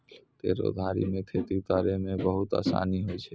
हलो केरो धारी सें खेती करै म बहुते आसानी होय छै?